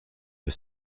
que